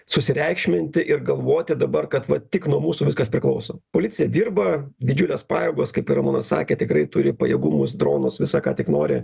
susireikšminti ir galvoti dabar kad va tik nuo mūsų viskas priklauso policija dirba didžiulės pajėgos kaip ir ramūnas sakė tikrai turi pajėgumus dronus visą ką tik nori